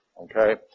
okay